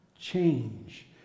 change